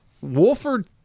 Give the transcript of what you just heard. Wolford